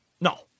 No